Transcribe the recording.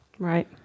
Right